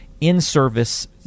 in-service